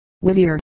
Whittier